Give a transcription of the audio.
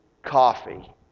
coffee